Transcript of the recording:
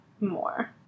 more